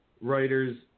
writers